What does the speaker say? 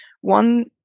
one